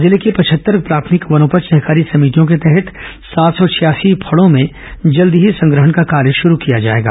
जिले की पचहत्तर प्राथमिक वनोपज सहकारी समितियों के तहत सांत सौ छियासी फड़ों में जल्द ही संग्रहण का कार्य शुरू किया जाएगा